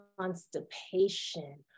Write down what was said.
constipation